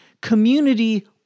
community